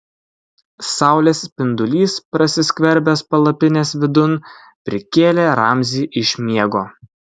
saulės spindulys prasiskverbęs palapinės vidun prikėlė ramzį iš miego